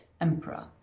emperor